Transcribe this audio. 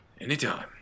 Anytime